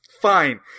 Fine